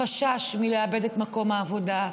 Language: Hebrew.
החשש מלאבד את מקום העבודה,